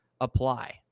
apply